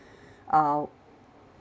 uh